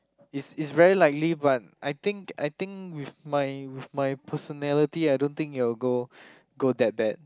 is is very likely but I think I think with my with my personality I don't think it will go go that bad